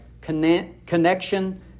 connection